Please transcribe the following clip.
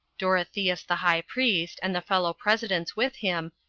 dorotheus the high priest, and the fellow presidents with him,